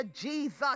Jesus